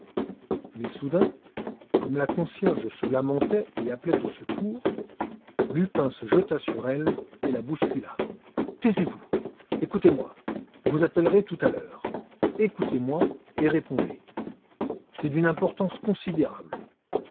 mais soudain comme la concierge se lamentait et appelait au secours lupin se jeta sur elle et la bouscula taisez-vous écoutez-moi vous appellerez tout à l'heure écoutez-moi et répondez c'est d'une importance considérable